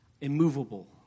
immovable